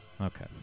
Okay